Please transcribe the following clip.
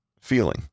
Feeling